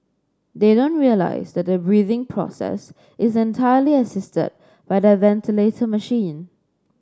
they don't realise that the breathing process is entirely assisted by the ventilator machine